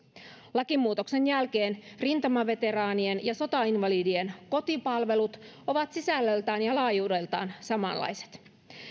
lakimuutoksen jälkeen rintamaveteraanien ja sotainvalidien kotipalvelut ovat sisällöltään ja laajuudeltaan samanlaiset